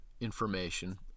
information